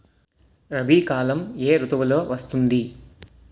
రబీ కాలం ఏ ఋతువులో వస్తుంది?